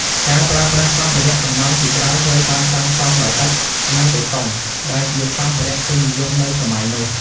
ការប្រើប្រាស់សម្ភារៈសំណង់ជាច្រើនត្រូវបានសាងសង់ដោយ ឥដ្ឋ និង បេតុង ដែលជាសម្ភារៈពេញនិយមនៅសម័យនោះ។